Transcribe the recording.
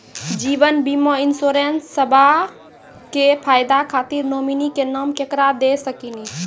जीवन बीमा इंश्योरेंसबा के फायदा खातिर नोमिनी के नाम केकरा दे सकिनी?